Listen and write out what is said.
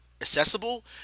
accessible